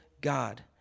God